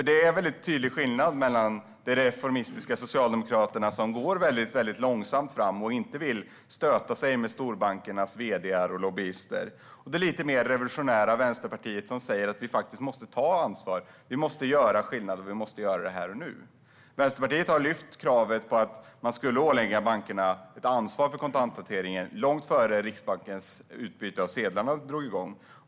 Det är en väldigt tydlig skillnad mellan de reformistiska Socialdemokraterna som går väldigt långsamt fram och inte vill stöta sig med storbankernas vd:ar och lobbyister och det lite mer revolutionära Vänsterpartiet som säger att vi faktiskt måste ta ansvar och att vi måste göra skillnad här och nu. Vänsterpartiet förde fram kravet att ålägga bankerna ett ansvar för kontanthanteringen långt innan Riksbankens utbyte av sedlar drog igång.